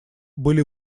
были